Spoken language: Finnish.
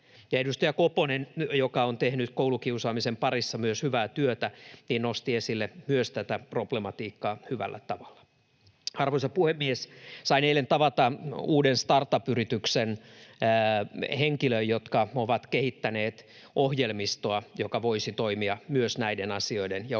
edustaja Koponen, joka myös on tehnyt koulukiusaamisen parissa hyvää työtä, nosti esille tätä problematiikkaa hyvällä tavalla. Arvoisa puhemies! Sain eilen tavata uuden startup-yrityksen henkilöitä, jotka ovat kehittäneet ohjelmistoa, joka voisi toimia myös näiden asioiden ja ongelmien